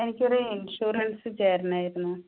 എനിക്കൊരു ഇൻഷുറൻസ് ചേരണമായിരുന്നു